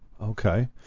Okay